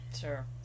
Sure